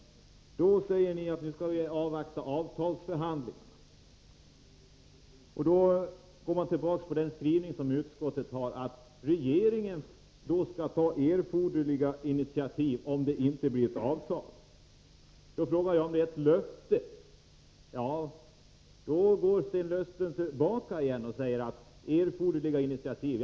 Men då säger ni att vi skall avvakta avtalsförhandlingarna, och så går ni tillbaka till utskottets skrivning att regeringen skall ta erforderliga initiativ om det inte blir ett avtal. Då frågar jag om det är ett löfte, och då går Sten Östlund tillbaka igen och talar om erforderliga initiativ.